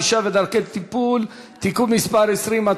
ענישה ודרכי טיפול) (תיקון מס' 20),